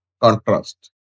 contrast